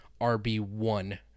RB1